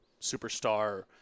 superstar